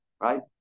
right